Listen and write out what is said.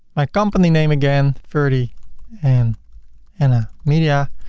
my company name again ferdy and anna media.